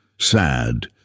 Sad